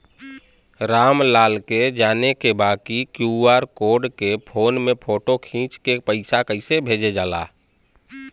राम लाल के जाने के बा की क्यू.आर कोड के फोन में फोटो खींच के पैसा कैसे भेजे जाला?